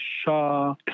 Shah